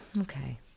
okay